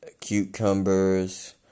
cucumbers